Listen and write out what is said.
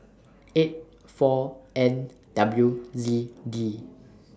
eight four N W Z D